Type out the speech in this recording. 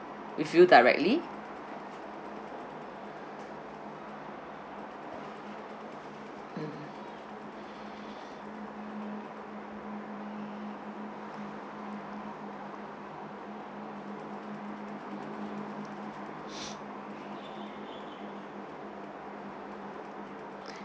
with you directly mm